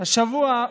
תהיה צנוע בדרישותיך.